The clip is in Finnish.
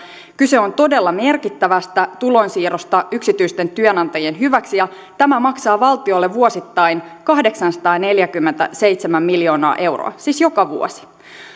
kyse on todella merkittävästä tulonsiirrosta yksityisten työnantajien hyväksi ja tämä maksaa valtiolle vuosittain kahdeksansataaneljäkymmentäseitsemän miljoonaa euroa siis joka vuosi